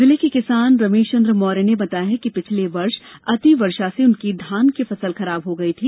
जिले के किसान रमेशचंद्र मोर्य ने बताया कि पिछले वर्ष अतिवर्षा से उनकी धान की फसल खराब हो गई थी